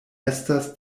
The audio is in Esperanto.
estas